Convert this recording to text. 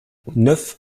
neuf